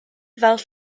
fel